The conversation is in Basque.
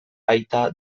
aita